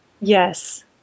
Yes